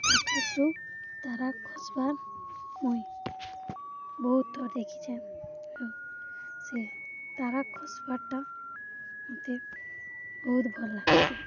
ଆକାଶରୁ ତାରା ଖସ୍ବାର୍ ମୁଇଁ ବହୁତ ଥର ଦେଖିଛେ ଆଉ ସେ ତାରା ଖସ୍ବାର୍ ଟା ମୋତେ ବହୁତ ଭଲ୍ ଲାଗ୍ସି